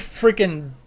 freaking